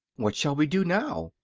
what shall we do now?